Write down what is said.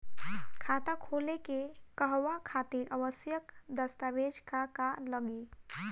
खाता खोले के कहवा खातिर आवश्यक दस्तावेज का का लगी?